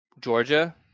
Georgia